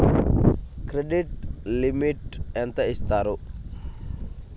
Credit limit ఎంత ఇస్తారు?